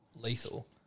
Lethal